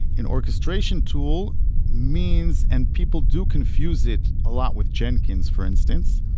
an orchestration tool means, and people do confuse it a lot with jenkins, for instance.